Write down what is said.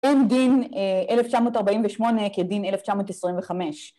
אין דין 1948 כדין 1925.